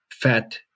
fat